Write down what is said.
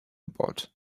about